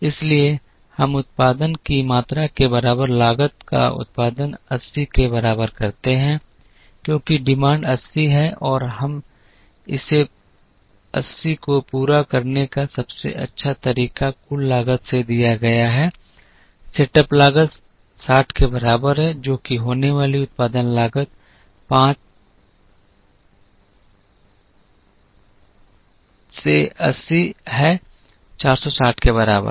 इसलिए हम उत्पादन की मात्रा के बराबर लागत का उत्पादन 80 के बराबर करते हैं क्योंकि मांग 80 है और इस 80 को पूरा करने का सबसे अच्छा तरीका कुल लागत से दिया गया है सेटअप लागत 60 के बराबर है जो कि होने वाली उत्पादन लागत 5 से 80 है 460 के बराबर